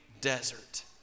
Desert